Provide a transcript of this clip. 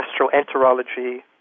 gastroenterology